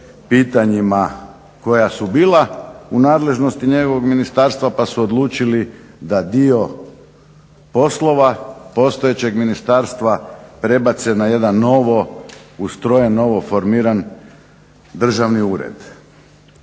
pitanjima koja su bila u nadležnosti njegovog ministarstva pa su odlučili da dio poslova postojećeg ministarstva prebace na jedan novo ustrojeni, novo formirani državni ured.